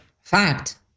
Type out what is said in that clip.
fact